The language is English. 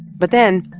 but then,